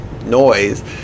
noise